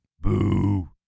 Boo